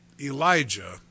Elijah